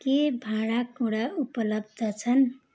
के भाँडाकुँडा उपलब्ध छन्